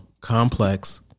complex